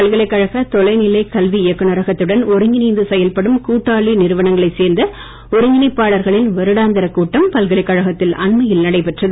பல்கலைக்கழக தொலைநிலைக் கல்வி புதுச்சேரி இயக்குநரகத்துடன் ஒருங்கிணைந்து செயல்படும் கூட்டாளி நிறுவனங்களை சேர்ந்த ஒருங்கிணைப்பாளர்களின் வருடாந்திர கூட்டம் பல்கலைக்கழகத்தில் அண்மையில் நடைபெற்றது